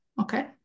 okay